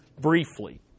briefly